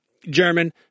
German